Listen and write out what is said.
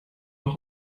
noch